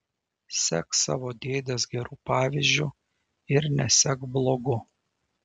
sek savo dėdės geru pavyzdžiu ir nesek blogu